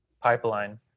pipeline